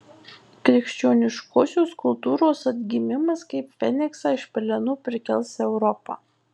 krikščioniškosios kultūros atgimimas kaip feniksą iš pelenų prikels europą